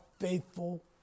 faithful